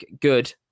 Good